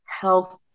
health